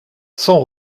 sans